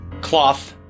cloth